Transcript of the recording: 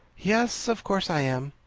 yes. of course i am.